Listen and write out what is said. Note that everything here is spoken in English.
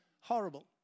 horrible